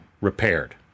repaired